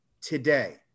today